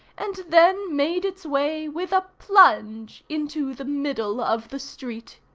and then made its way, with a plunge, into the middle of the street.